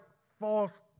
false